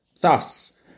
Thus